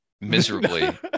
miserably